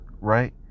right